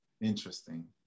Interesting